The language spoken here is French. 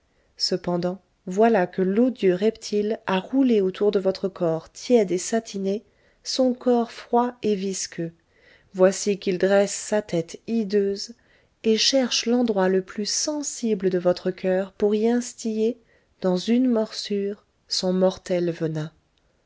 cependant voilà que l'odieux reptile a roulé autour de votre corps tiède et satiné son corps froid et visqueux voici qu'il dresse sa tête hideuse et cherche l'endroit le plus sensible de votre coeur pour y instiller dans une morsure son mortel venin